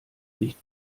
nicht